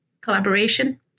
collaboration